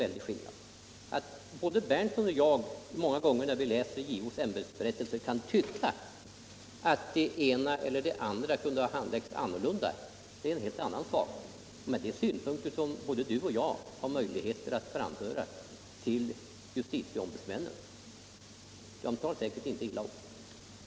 Att både herr Berndtson och jag många gånger när vi läser JO:s ämbetsberättelse kan tycka att det ena eller det andra kunde ha handlagts annorlunda är en helt annan sak. Men det är synpunkter som både herr Berndtson och jag har möjligheter att framföra till justiticombudsmännen på annat sätt. De tar säkert inte illa upp. Justitieombudsmännens verksamhet